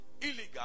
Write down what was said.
illegal